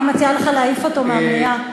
אני מציעה לך להעיף אותו מהמליאה.